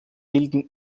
bilden